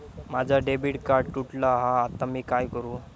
माझा debit card तुटला हा आता मी काय करू?